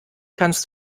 kannst